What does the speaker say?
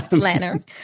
planner